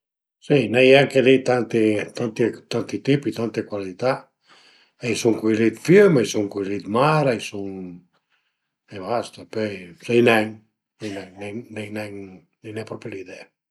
Si a i ën e anche li tanti tipi tante cualità, a i sun cui li d'fiüm, a i sun cui li d'mar, a i sun e basta pöi sai nen, n'ai nen, n'ai nen propi l'idea